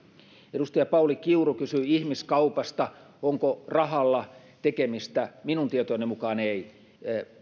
edustaja pauli kiuru kysyi ihmiskaupasta onko rahalla tekemistä minun tietojeni mukaan ei